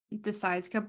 decides